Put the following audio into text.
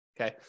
Okay